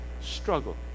struggle